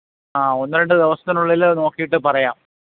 ആ ഒന്ന് രണ്ട് ദിവസത്തിനുള്ളിൽ നോക്കീട്ട് പറയാം